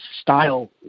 style